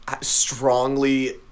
Strongly